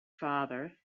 father